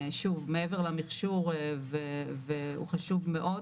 שוב מעבר למכשור והוא חשוב מאוד,